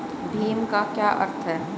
भीम का क्या अर्थ है?